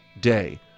day